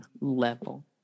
level